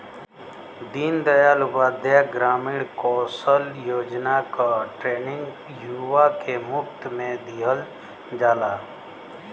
दीन दयाल उपाध्याय ग्रामीण कौशल योजना क ट्रेनिंग युवा के मुफ्त में दिहल जाला